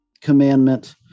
commandment